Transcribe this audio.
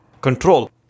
control